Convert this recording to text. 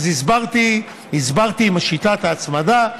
אז הסברתי על שיטת ההצמדה,